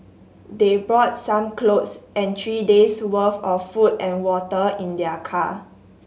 they brought some clothes and three days worth of food and water in their car